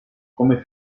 come